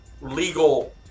legal